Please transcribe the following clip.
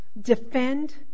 defend